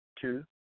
two